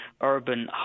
urban